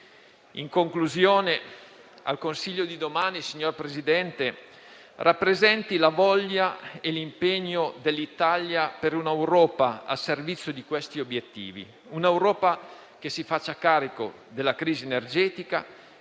In conclusione, al Consiglio di domani, signor Presidente, rappresenti la voglia e l'impegno dell'Italia per un'Europa al servizio di questi obiettivi: un'Europa che si faccia carico della crisi energetica,